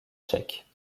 tchèque